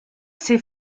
c’est